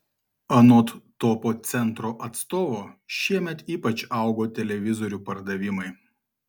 anot topo centro atstovo šiemet ypač augo televizorių pardavimai